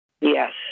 Yes